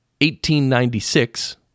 1896